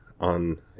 on